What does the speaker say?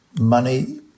money